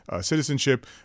citizenship